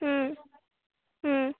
ହୁଁ ହୁଁ